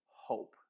hope